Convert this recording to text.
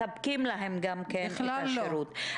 אנחנו מתמקדים בשירותי בריאות הנפש בזמן משבר הקורונה.